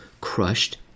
crushed